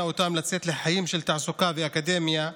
אותם לצאת לחיים של תעסוקה ואקדמיה,